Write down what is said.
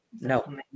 No